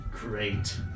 Great